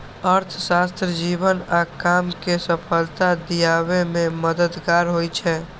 अर्थशास्त्र जीवन आ काम कें सफलता दियाबे मे मददगार होइ छै